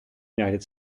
united